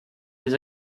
des